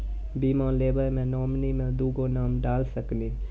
बीमा लेवे मे नॉमिनी मे दुगो नाम डाल सकनी?